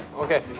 ok.